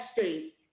state